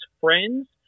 friends